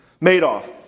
Madoff